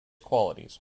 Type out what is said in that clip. qualities